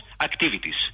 activities